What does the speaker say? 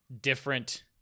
different